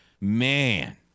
Man